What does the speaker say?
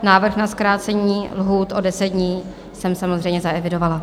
Návrh na zkrácení lhůt o deset dní jsem samozřejmě zaevidovala.